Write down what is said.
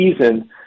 season